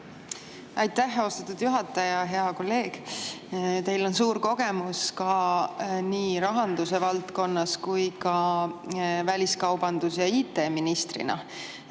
Aitäh, austatud juhataja! Hea kolleeg! Teil on suur kogemus nii rahanduse valdkonnas kui ka väliskaubandus- ja IT-ministrina.